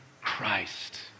Christ